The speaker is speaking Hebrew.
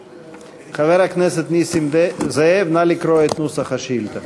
חבר הכנסת נסים זאב, נא לקרוא את נוסח השאילתה.